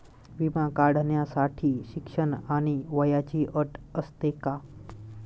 विमा काढण्यासाठी शिक्षण आणि वयाची अट असते का?